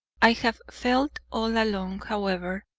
i have felt all along, however,